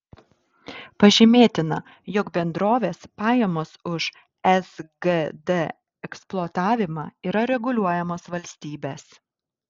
pažymėtina jog bendrovės pajamos už sgd eksploatavimą yra reguliuojamos valstybės